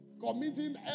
committing